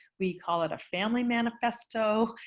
we call it a family manifesto.